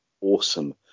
awesome